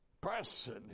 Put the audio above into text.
person